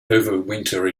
overwinter